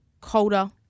colder